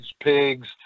pigs